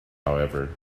however